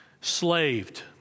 slaved